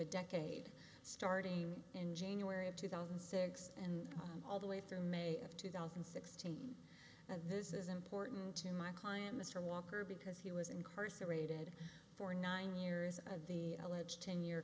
a decade starting in january of two thousand and six and all the way through may of two thousand and sixteen that this is important to my client mr walker because he was incarcerated for nine years of the alleged ten year